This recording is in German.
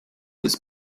des